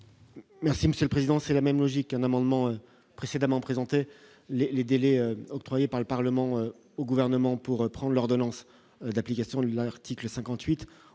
monsieur le président, c'est la même logique, un amendement précédemment présenté les les délais octroyée par le Parlement au gouvernement pour prendre l'ordonnance d'application de l'article 58